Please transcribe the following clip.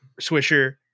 Swisher